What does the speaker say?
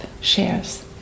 shares